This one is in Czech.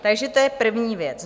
Takže to je první věc.